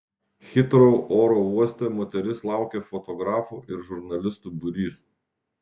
hitrou oro uoste moteris laukė fotografų ir žurnalistų būrys